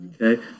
okay